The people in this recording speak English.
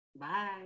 Bye